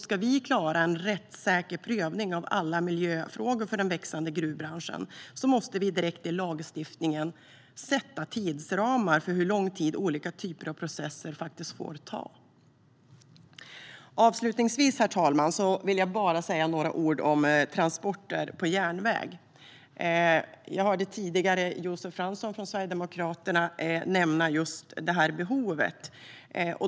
Ska vi klara en rättssäker prövning av alla miljöfrågor för den växande gruvbranschen måste vi direkt i lagstiftningen sätta tidsramar för hur lång tid olika typer av processer faktiskt får ta. Avslutningsvis, herr talman, vill jag bara säga några ord om transporter på järnväg. Jag hörde tidigare Josef Fransson från Sverigedemokraterna nämna just det här behovet.